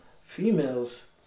females